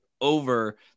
over